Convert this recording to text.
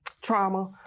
trauma